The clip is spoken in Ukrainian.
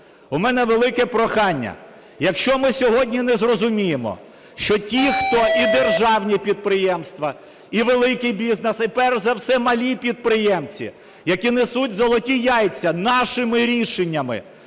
У мене велике прохання, якщо ми сьогодні не зрозуміємо, що ті, хто і державні підприємства і великий бізнес, і перш за все малі підприємці, які "несуть золоті яйця", нашими рішеннями